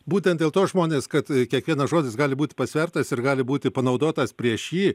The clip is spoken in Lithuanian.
būtent dėl to žmonės kad kiekvienas žodis gali būti pasvertas ir gali būti panaudotas prieš jį